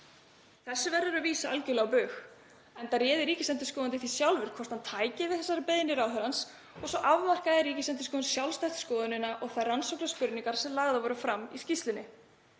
Þessu verður að vísa algjörlega á bug enda réði ríkisendurskoðandi því sjálfur hvort hann tæki við þessari beiðni ráðherrans og svo afmarkaði Ríkisendurskoðun sjálfstætt skoðunina og þær rannsóknarspurningar sem lagðar voru fram í skýrslunni.